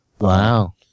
Wow